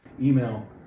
email